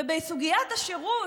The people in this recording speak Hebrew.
ובסוגיית השירות,